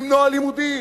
למנוע לימודים.